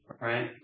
right